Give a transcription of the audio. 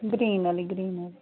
green आह्ली